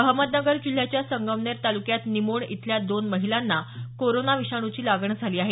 अहमदनगर जिल्ह्याच्या संगमनेर तालुक्यात निमोण इथल्या दोन महिलांना कोरोना विषाणूची लागण झाली आहे